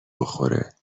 بخوره